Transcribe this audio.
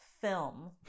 Film